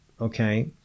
okay